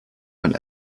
man